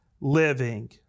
living